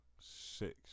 Six